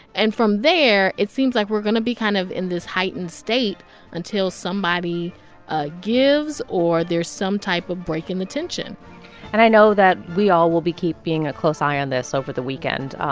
and from there, it seems like we're going to be kind of in this heightened state until somebody ah gives or there's some type of break in the tension and i know that we all will be keeping a close eye on this over the weekend.